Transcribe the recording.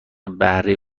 بهره